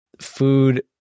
food